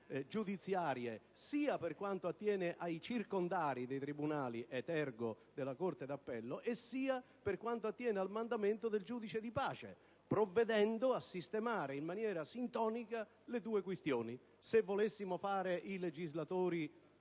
giudiziarie, sia per quanto riguarda i circondari dei tribunali, *et ergo* della corte d'appello, sia per quanto attiene al mandamento del giudice di pace, provvedendo a sistemare in maniera sintonica le due questioni. Potrebbero invece prevalere